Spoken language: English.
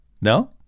No